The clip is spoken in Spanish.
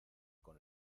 con